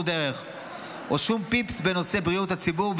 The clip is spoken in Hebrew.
דרך או בלי לדלג על שום פיפס בנושא בריאות הציבור.